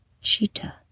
cheetah